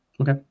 okay